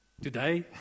today